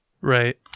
Right